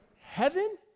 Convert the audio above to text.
heaven